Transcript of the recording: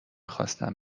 خواستم